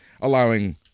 allowing